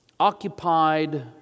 occupied